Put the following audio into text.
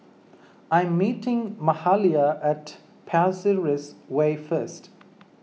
I am meeting Mahalia at Pasir Ris Way first